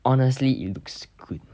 honestly it looks good